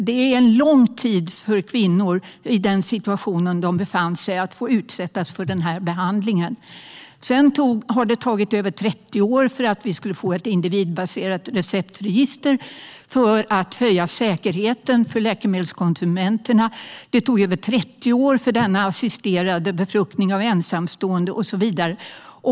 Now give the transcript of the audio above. Det är en lång tid för kvinnor i den situation de befann sig att utsättas för den behandlingen. Det har tagit över 30 år att få fram ett individbaserat receptregister för att höja säkerheten för läkemedelskonsumenterna. Det tog över 30 år att tillåta assisterad befruktning av ensamstående, och så vidare.